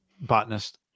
Botanist